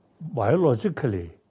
biologically